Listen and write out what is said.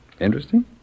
Interesting